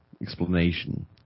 explanation